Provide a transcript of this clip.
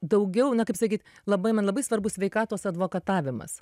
daugiau kaip sakyt labai man labai svarbus sveikatos advokatavimas